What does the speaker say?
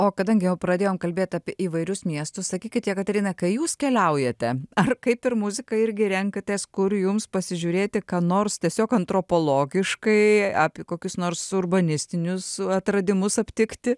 o kadangi jau pradėjom kalbėt apie įvairius miestus sakykit jekaterina kai jūs keliaujate ar kaip ir muziką irgi renkatės kur jums pasižiūrėti ką nors tiesiog antropologiškai apie kokius nors urbanistinius atradimus aptikti